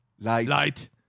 Light